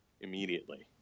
immediately